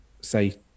say